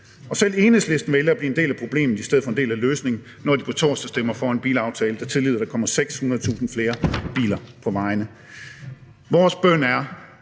Selv Enhedslisten vælger at blive en del af problemet i stedet for en del af løsningen, når de på torsdag stemmer for en bilaftale, der tillader, at der kommer 600.000 flere biler på vejene. Vores bøn til